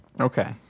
Okay